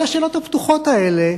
על השאלות הפתוחות האלה